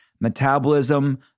metabolism